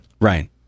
right